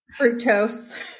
fructose